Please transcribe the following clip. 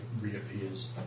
reappears